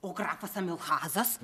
o grafas amilhazas